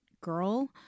girl